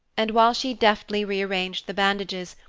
and while she deftly rearranged the bandages,